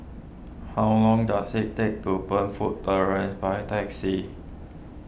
how long does it take to Burnfoot Terrace by taxi